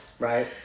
Right